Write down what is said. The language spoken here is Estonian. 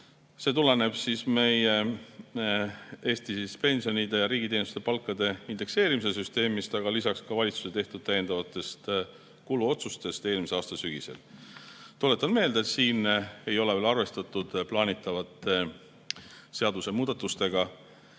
See tuleneb Eesti pensionide ja riigiteenistujate palkade indekseerimise süsteemist, aga ka valitsuse tehtud täiendavatest kuluotsustest eelmise aasta sügisel. Tuletan meelde, et siin ei ole veel arvestatud plaanitavate seadusemuudatustega.